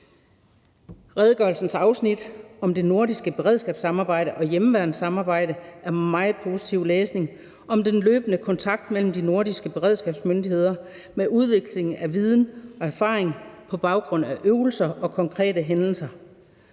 Redegørelsens afsnit om det nordiske beredskabssamarbejde og hjemmeværnssamarbejde er meget positiv læsning om den løbende kontakt mellem de nordiske beredskabsmyndigheder med udveksling af viden og erfaring på baggrund af øvelser og konkrete hændelser.